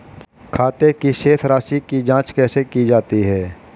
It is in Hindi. खाते की शेष राशी की जांच कैसे की जाती है?